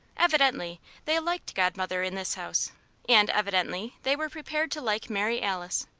evidently they liked godmother in this house and evidently they were prepared to like mary alice.